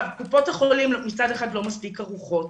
קופות החולים מצד אחד לא מספיק ערוכות